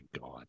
God